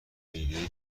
ایدههای